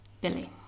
Billy